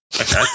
Okay